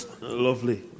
Lovely